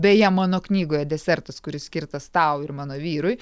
beje mano knygoje desertas kuris skirtas tau ir mano vyrui